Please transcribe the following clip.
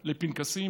לפנקסים,